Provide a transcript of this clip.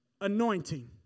anointing